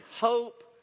hope